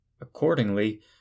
Accordingly